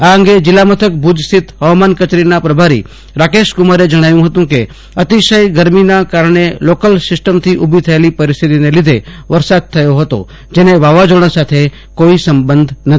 આ અંગે જિલ્લામથક ભુજ સ્થિત હવામાન કચેરીના પ્રભારી રાકેશ કુમારે જણાવ્યું હતું કે અતિશય ગરમીના કારણે લોકલ સીસ્ટમથી ઉભી થયેલી પરિસ્થિતિને લીધે વરસાદ થયો હતો જેને વાવાઝોડા સાથે કોઈ સંબંધ નથી